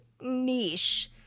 niche